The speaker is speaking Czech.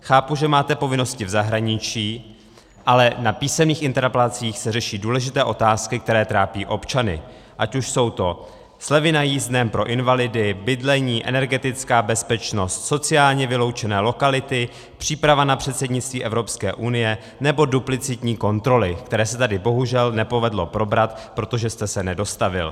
Chápu, že máte povinnosti v zahraničí, ale na písemných interpelacích se řeší důležité otázky, které trápí občany, ať už jsou to slevy na jízdném pro invalidy, bydlení, energetická bezpečnost, sociálně vyloučené lokality, příprava na předsednictví Evropské unie nebo duplicitní kontroly, které se tady bohužel nepovedlo probrat, protože jste se nedostavil.